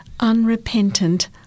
unrepentant